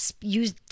use